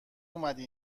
اومدی